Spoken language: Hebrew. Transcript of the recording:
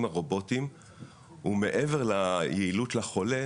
הרובוטיים הוא מעבר ליעילות לחולה,